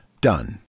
done